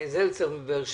זלצר מבאר שבע.